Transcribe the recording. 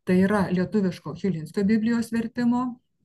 tai yra lietuviško chilinskio biblijos vertimo